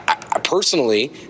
personally